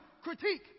critique